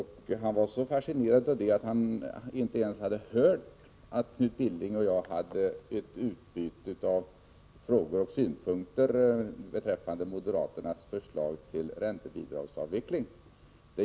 Han var så fascinerad av det att han inte ens hörde att Knut Billing och jag hade ett utbyte av frågor och synpunkter beträffande moderaternas förslag till räntebidragsavveckling.